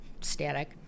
static